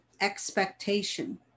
expectation